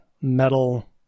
metal